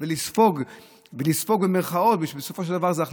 זה גם